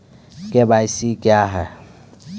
KYC क्या हैं?